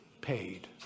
paid